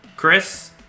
Chris